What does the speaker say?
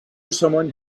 someone